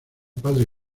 padre